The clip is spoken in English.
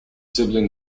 sibling